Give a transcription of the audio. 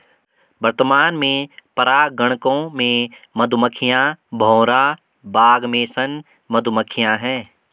वर्तमान में परागणकों में मधुमक्खियां, भौरा, बाग मेसन मधुमक्खियाँ है